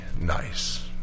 nice